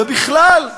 ובכלל,